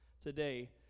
today